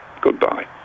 Goodbye